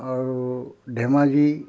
আৰু ধেমাজি